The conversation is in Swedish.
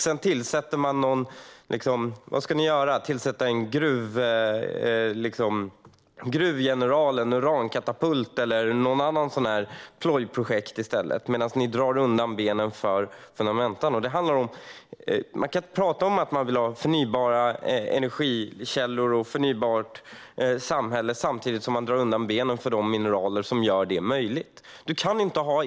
Sedan tillsätter man en gruvgeneral, en urankatapult eller något plojprojekt i stället. Man kan inte tala om att man vill ha förnybara energikällor och ett förnybart samhälle samtidigt som man drar undan benen för de mineraler som gör detta möjligt.